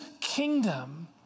kingdom